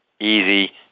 easy